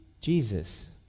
Jesus